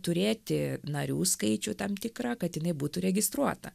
turėti narių skaičių tam tikrą kad jinai būtų registruota